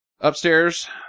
upstairs